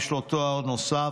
יש לו תואר נוסף,